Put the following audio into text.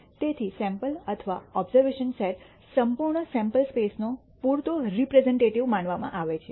તેથી સૈમ્પલ અથવા observation set સંપૂર્ણ સૈમ્પલ સ્પેસ નો પૂરતો રેપ્રેઝન્ટટિવ માનવામાં આવે છે